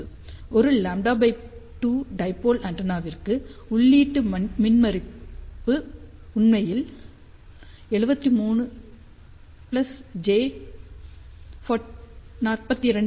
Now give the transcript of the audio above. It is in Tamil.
ஒரு λ 2 டைபோல் ஆண்டெனாவிற்கு உள்ளீட்டு மின்மறுப்பு உண்மையில் 73 j 42